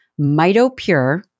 MitoPure